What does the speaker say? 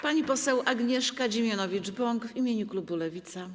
Pani poseł Agnieszka Dziemianowicz-Bąk w imieniu klubu Lewica.